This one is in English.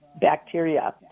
bacteria